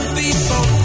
people